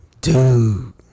Dude